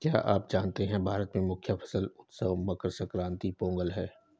क्या आप जानते है भारत में मुख्य फसल उत्सव मकर संक्रांति, पोंगल है?